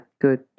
good